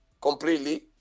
completely